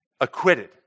acquitted